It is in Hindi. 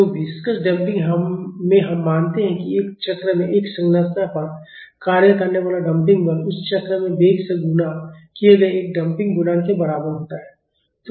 तो विस्कोस डंपिंग में हम मानते हैं कि एक चक्र में एक संरचना पर कार्य करने वाला डंपिंग बल उस चक्र में वेग से गुणा किए गए एक डंपिंग गुणांक के बराबर होता है